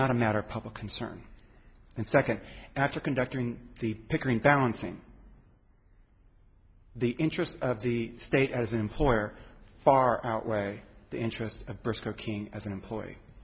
not a matter of public concern and second after conducting the pickering balancing the interests of the state as an employer far outweigh the interests of burst working as an employee